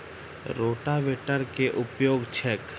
रोटावेटरक केँ उपयोग छैक?